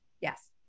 Yes